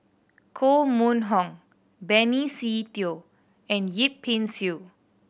Koh Mun Hong Benny Se Teo and Yip Pin Xiu